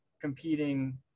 competing